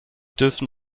dürfen